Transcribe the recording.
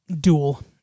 Duel